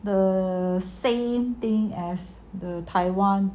the same thing as the taiwan